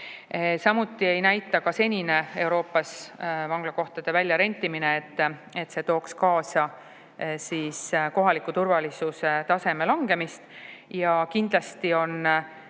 Samuti ei näita ka senine Euroopas vanglakohtade väljarentimine, et see tooks kaasa kohaliku turvalisuse taseme langemist. Ja võimalik